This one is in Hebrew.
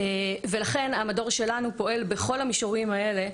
ולכן המדור שלנו פועל בכל המישורים האלה